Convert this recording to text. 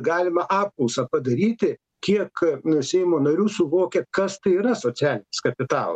galima apklausą padaryti kiek nu seimo narių suvokia kas tai yra socialinis kapital